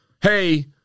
hey